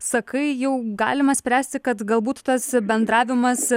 sakai jau galima spręsti kad galbūt tas bendravimas